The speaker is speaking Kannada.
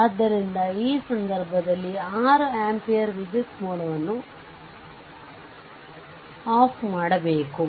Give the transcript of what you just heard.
ಆದ್ದರಿಂದ ಈ ಸಂದರ್ಭದಲ್ಲಿ 6 ಆಂಪಿಯರ್ ವಿದ್ಯುತ್ ಮೂಲವನ್ನು ಆಫ್ ಮಾಡಬೇಕು